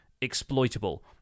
exploitable